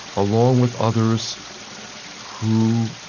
along with others who,